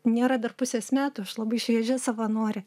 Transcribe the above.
nėra dar pusės metų aš labai šviežia savanorė